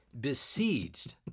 besieged